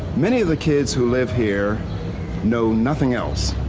many of the kids who live here know nothing else.